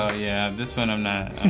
ah yeah, this one i'm not,